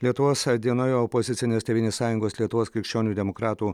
lietuvos dienoje opozicinės tėvynės sąjungos lietuvos krikščionių demokratų